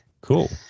Cool